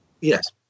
Yes